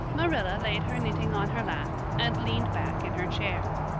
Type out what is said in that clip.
marilla laid her knitting on her lap and leaned back in her chair.